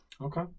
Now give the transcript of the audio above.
okay